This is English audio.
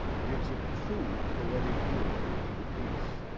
gives a true poetic unity to the piece.